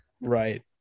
right